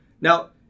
Now